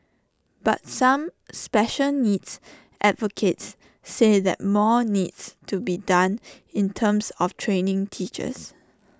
but some special needs advocates say that more needs to be done in terms of training teachers